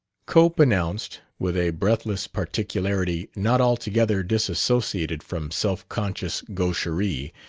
cope announced, with a breathless particularity not altogether disassociated from self-conscious gaucherie,